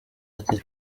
ati